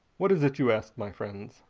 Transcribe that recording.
what is it you ask, my friends?